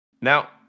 Now